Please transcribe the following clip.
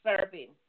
serving